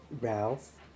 Ralph